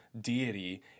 deity